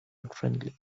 unfriendly